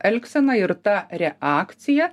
elgsena ir ta reakcija